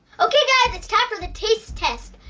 okay, guys, it's time for the taste test.